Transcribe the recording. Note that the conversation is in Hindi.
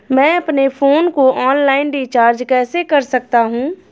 मैं अपने फोन को ऑनलाइन रीचार्ज कैसे कर सकता हूं?